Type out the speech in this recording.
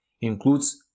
includes